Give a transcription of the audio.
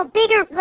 bigger